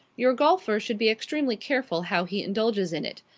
your golfer should be extremely careful how he indulges in it.